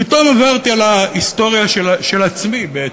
פתאום עברתי על ההיסטוריה של עצמי בעצם.